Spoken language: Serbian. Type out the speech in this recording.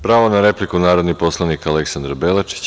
Pravo na repliku, narodni poslanik Aleksandra Belačić.